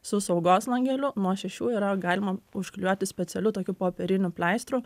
su saugos langeliu nuo šešių yra galima užklijuoti specialiu tokiu popieriniu pleistru